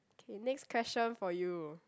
okay next question for you